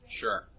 sure